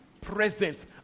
present